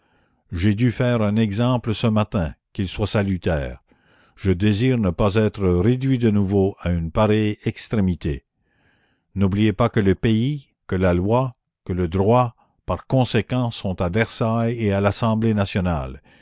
j'ai dû faire un exemple ce matin qu'il soit salutaire je désire ne pas être réduit de nouveau à une pareille extrémité n'oubliez pas que le pays que la loi que le droit par conséquent sont à versailles et à l'assemblée nationale